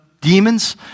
demon's